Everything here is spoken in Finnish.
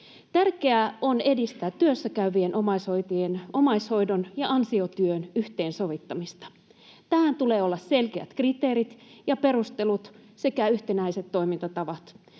Tärkeää on edistää työssäkäyvien omaishoitajien omaishoidon ja ansiotyön yhteensovittamista. Tähän tulee olla selkeät kriteerit ja perustelut sekä yhtenäiset toimintatavat.